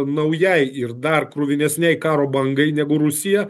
naujai ir dar kruvinesnei karo bangai negu rusija